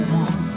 one